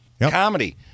Comedy